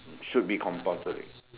should be compulsory